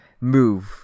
move